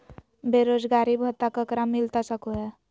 बेरोजगारी भत्ता ककरा मिलता सको है?